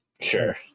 Sure